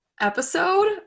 episode